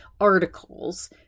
articles